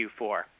Q4